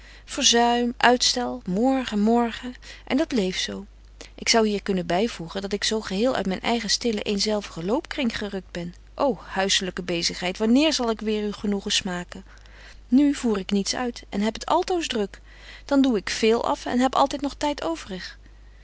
verzuim uitstel morgen morgen en dat bleef zo ik zou hier kunnen byvoegen dat ik zo geheel uit myn eigen stillen eenzelvigen loopkring gerukt ben ô huisselyke bezigheid wanneer zal ik weêr uw genoegen smaken nu voer ik niets uit en heb het altoos druk dan doe ik véél af en heb altyd nog tyd overig